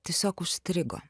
tiesiog užstrigo